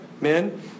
Men